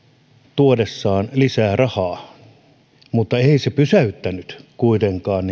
tuodessaan lisää rahaa mutta ei se pysäyttänyt kuitenkaan